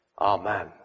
Amen